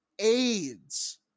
aids